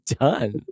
done